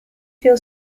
feel